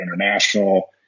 international